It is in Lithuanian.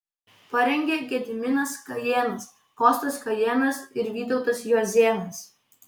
parengė gediminas kajėnas kostas kajėnas ir vytautas juozėnas